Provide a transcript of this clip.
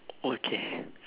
okay